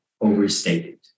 overstated